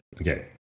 Okay